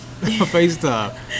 FaceTime